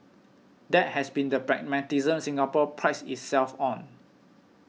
that has been the pragmatism Singapore prides itself on